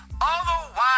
Otherwise